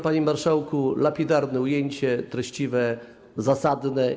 Panie marszałku, lapidarne ujęcie, treściwe, zasadne.